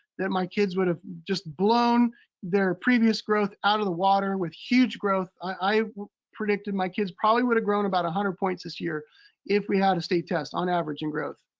that my kids would've just blown their previous growth out of the water with huge growth. i predicted my kids probably would've grown about one hundred points this year if we had a state test, on average in growth.